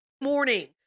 Morning